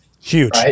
Huge